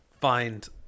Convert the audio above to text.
find